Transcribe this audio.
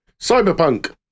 Cyberpunk